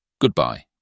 Goodbye